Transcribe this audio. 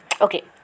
Okay